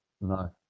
no